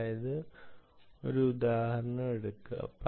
അതിനാൽ ഒരു ഉദാഹരണം എടുക്കുക